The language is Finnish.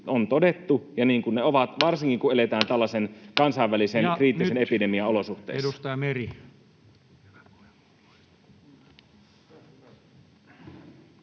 on todettu ja niin kuin ne ovat, varsinkin kun eletään tällaisen kansainvälisen kriittisen epidemian olosuhteissa.